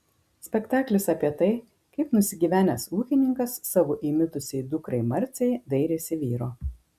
spektaklis apie tai kaip nusigyvenęs ūkininkas savo įmitusiai dukrai marcei dairėsi vyro